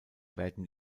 werden